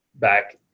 back